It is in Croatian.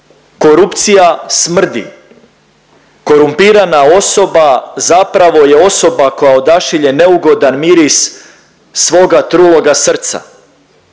Korupcija smrdi, korumpirana osoba zapravo je osoba koja odašilje neugodan miris svoga truloga srca,